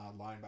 linebacker